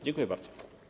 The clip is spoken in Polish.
Dziękuję bardzo.